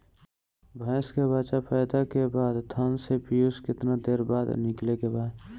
भैंस के बच्चा पैदा के बाद थन से पियूष कितना देर बाद निकले के बा?